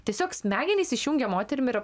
tiesiog smegenys išjungia moterim ir